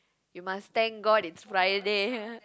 you must thank god it's Friday